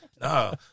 No